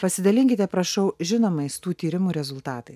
pasidalinkite prašau žinomais tų tyrimų rezultatais